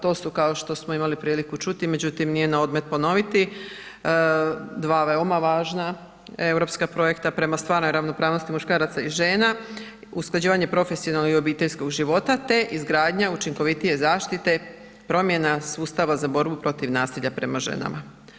To su kao što smo imali priliku čuti, međutim nije na odmet ponoviti, dva veoma važna europska projekta prema stvarnoj ravnopravnosti muškaraca i žena, usklađivanje profesionalnog i obiteljskog života izgradnja učinkovitije zaštite promjena sustava za borbi protiv nasilja prema ženama.